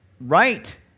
right